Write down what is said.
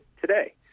today